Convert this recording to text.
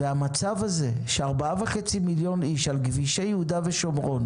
המצב הזה של 4.5 מיליון איש על כבישי יהודה ושומרון